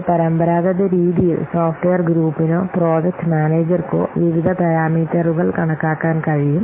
ഒരു പരമ്പരാഗത രീതിയിൽ സോഫ്റ്റ്വെയർ ഗ്രൂപ്പിനോ പ്രോജക്റ്റ് മാനേജർക്കോ വിവിധ പാരാമീറ്ററുകൾ കണക്കാക്കാൻ കഴിയും